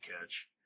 catch